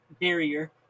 barrier